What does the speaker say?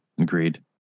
Agreed